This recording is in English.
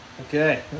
Okay